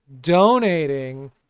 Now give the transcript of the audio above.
donating